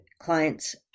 clients